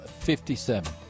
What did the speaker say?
57